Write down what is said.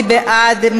מי בעד?